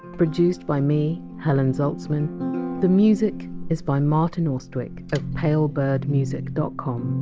produced by me, helen zaltzman the music is by martin austwick of palebirdmusic dot com.